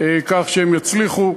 כך שהדברים יצליחו.